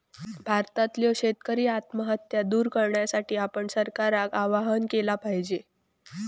भारतातल्यो शेतकरी आत्महत्या दूर करण्यासाठी आपण सरकारका आवाहन केला पाहिजे